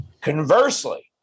Conversely